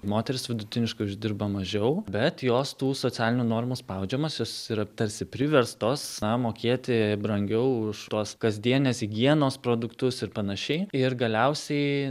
moterys vidutiniškai uždirba mažiau bet jos tų socialinių normų spaudžiamas jos yra tarsi priverstos na mokėti brangiau už tuos kasdienės higienos produktus ir panašiai ir galiausiai